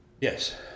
Yes